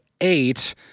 eight